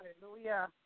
Hallelujah